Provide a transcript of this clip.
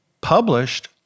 published